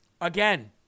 Again